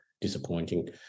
disappointing